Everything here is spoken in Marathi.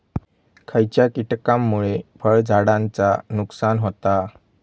खयच्या किटकांमुळे फळझाडांचा नुकसान होता?